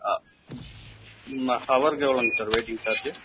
ஹவர்க்கு எவ்ளோங்க sir waiting charge